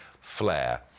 flair